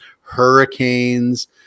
hurricanes